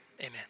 amen